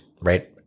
right